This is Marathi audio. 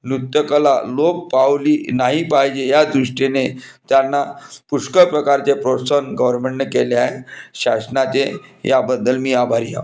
नृत्यकला लोप पावली नाही पाहिजे या दृष्टीने त्यांना पुष्कळ प्रकारचे प्रोत्साहन गोवरमेंटने केले आहे शासनाचे याबद्दल मी आभारी हाव्